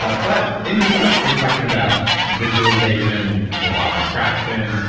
but but in your book you're talking about visualization, the law of attraction,